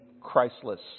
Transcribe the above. Christless